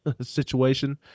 situation